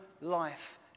life